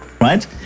right